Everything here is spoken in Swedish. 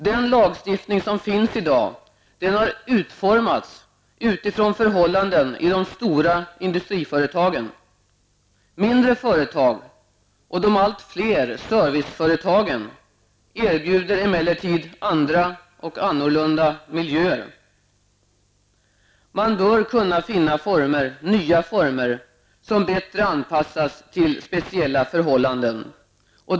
Den lagstiftning som finns i dag har utformats med tanke på förhållandena i de stora industriföretagen. Mindre företag och de allt fler serviceföretagen erbjuder emellertid andra och annorlunda miljöer. Man bör kunna finna nya former som bättre anpassas till speciella förhållanden.